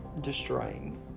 destroying